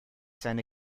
seine